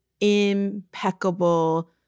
impeccable